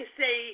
say